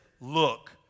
Look